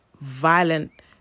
violent